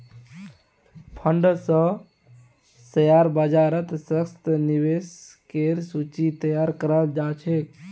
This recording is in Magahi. फंड स शेयर बाजारत सशक्त निवेशकेर सूची तैयार कराल जा छेक